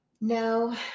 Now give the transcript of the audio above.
No